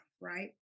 right